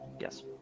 Yes